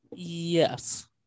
yes